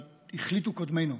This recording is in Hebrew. החליטו קודמינו.